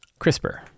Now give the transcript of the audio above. CRISPR